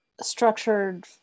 structured